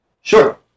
Sure